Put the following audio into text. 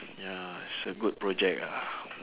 ya it's a good project ah